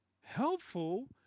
helpful